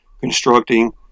constructing